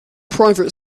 private